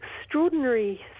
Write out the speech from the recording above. extraordinary